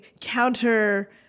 counter